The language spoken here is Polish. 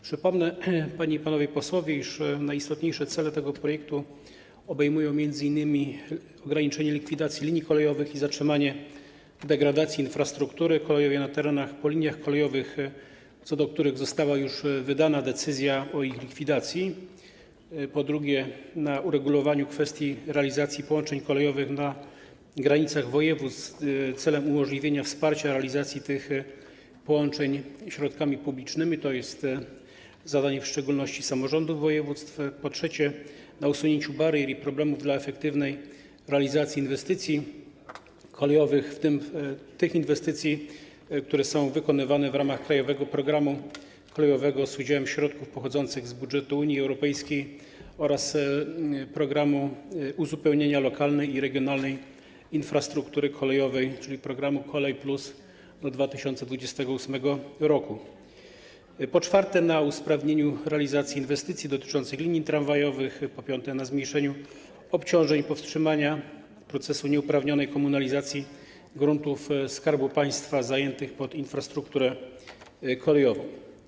Przypomnę, panie i panowie posłowie, iż najistotniejsze cele tego projektu obejmują m.in. ograniczenie likwidacji linii kolejowych i zatrzymanie degradacji infrastruktury kolejowej na terenach po liniach kolejowych, co do których została już wydana decyzja o ich likwidacji, po drugie, uregulowanie kwestii realizacji połączeń kolejowych na granicach województw celem umożliwienia wsparcia realizacji tych połączeń środkami publicznymi - to jest zadanie w szczególności samorządów województw - po trzecie, usunięcie barier i problemów dla efektywnej realizacji inwestycji kolejowych, w tym tych inwestycji, które są wykonywane w ramach „Krajowego programu kolejowego” z udziałem środków pochodzących z budżetu Unii Europejskiej oraz Programu Uzupełnienia Lokalnej i Regionalnej Infrastruktury Kolejowej, czyli programu „Kolej+”, do 2028 r., po czwarte, usprawnienie realizacji inwestycji dotyczących linii tramwajowych, po piąte, zmniejszenie obciążeń, powstrzymanie procesu nieuprawnionej komunalizacji gruntów Skarbu Państwa zajętych pod infrastrukturę kolejową.